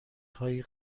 هایی